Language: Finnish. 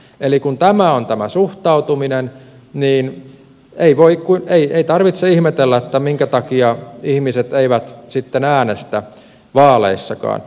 eli kun tämä on tämä suhtautuminen niin ei tarvitse ihmetellä minkä takia ihmiset eivät sitten äänestä vaaleissakaan